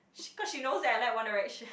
cause she knows that I like One Direction